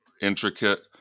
intricate